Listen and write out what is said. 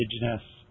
indigenous